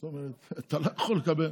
זאת אומרת, אתה לא יכול לקבל,